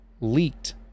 leaked